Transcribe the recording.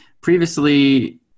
previously